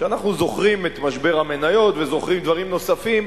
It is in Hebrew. ואנחנו זוכרים את משבר המניות וזוכרים דברים נוספים,